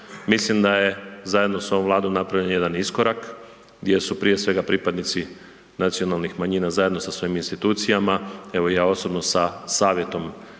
mislim da je zajedno s ovom Vladom napravljen jedan iskorak gdje su prije svega pripadnici nacionalnih manjina zajedno sa svojim institucijama, evo i ja osobno sa savjetom